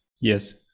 Yes